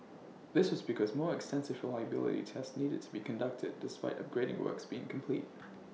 this was because more extensive for reliability tests needed to be conducted despite upgrading works being complete